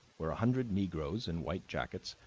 where a hundred negroes, in white jackets,